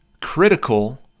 critical